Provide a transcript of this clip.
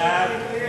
החוקה,